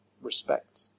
respect